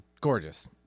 gorgeous